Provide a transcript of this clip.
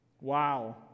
Wow